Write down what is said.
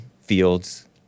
fields